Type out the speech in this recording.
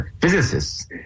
physicists